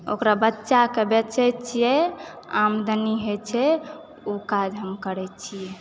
ओकरा बच्चाकऽ बेचैत छियै आमदनी होइ छै ओ काज हम करै छी